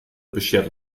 beschert